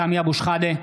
(קורא בשמות חברי הכנסת) סמי אבו שחאדה,